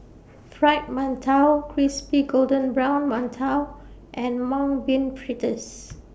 Fried mantou Crispy Golden Brown mantou and Mung Bean Fritters